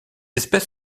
espèce